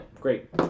Great